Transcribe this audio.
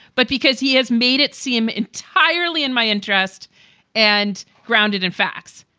but because he has made it seem entirely in my interest and grounded in facts.